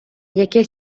яке